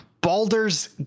Baldur's